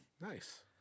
nice